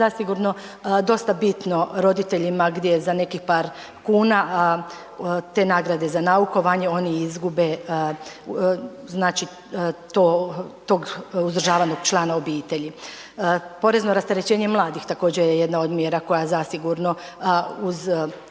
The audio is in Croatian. zasigurno dosta bitno roditeljima gdje je za neki par kuna te nagrade za naukovanje oni izgube znači to, tog uzdržavanog člana obitelji. Porezno rasterećenje mladih također je jedna od mjera koje zasigurno uz ovaj